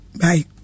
bye